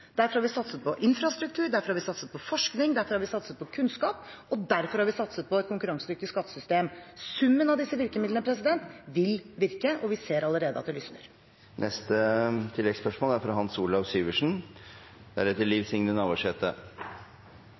Derfor har vi satset på infrastruktur, derfor har vi satset på forskning, derfor har vi satset på kunnskap, og derfor har vi satset på et konkurransedyktig skattesystem. Summen av disse virkemidlene vil virke, og vi ser allerede at det lysner. Hans Olav Syversen – til oppfølgingsspørsmål. Mitt inntrykk er